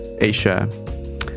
Asia